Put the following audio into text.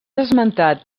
esmentat